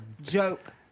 joke